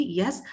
yes